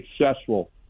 successful